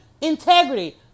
Integrity